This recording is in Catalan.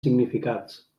significats